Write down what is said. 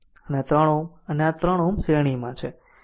અને આ 3 Ω અને આ 3 Ω શ્રેણીમાં છે